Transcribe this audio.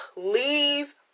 please